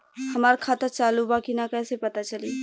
हमार खाता चालू बा कि ना कैसे पता चली?